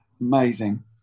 Amazing